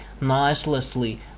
noiselessly